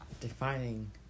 defining